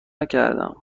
نکردم